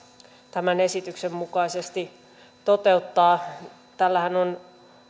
tämän esityksen mukaisesti toteuttaa tällähän on